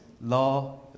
law